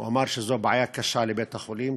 אמר שזו בעיה קשה לבית-החולים,